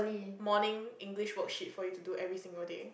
morning English worksheet for you to do every single day